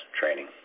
training